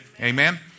Amen